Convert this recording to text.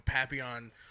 Papillon